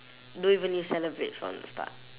don't even need celebrate from the start